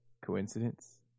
Coincidence